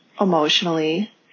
emotionally